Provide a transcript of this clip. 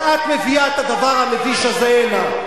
כשאת מביאה את הדבר המביש הזה הנה.